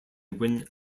win